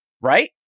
right